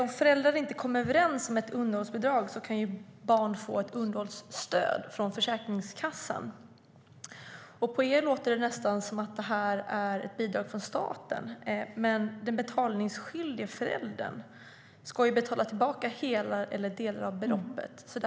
Om föräldrar inte kommer överens om underhållsbidrag kan barn få underhållsstöd från Försäkringskassan. På er låter det nästan som att det här är ett bidrag från staten. Men den betalningsskyldige föräldern ska betala tillbaka hela eller delar av beloppet.